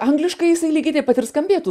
angliškai jisai lygiai taip pat ir skambėtų